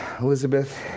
Elizabeth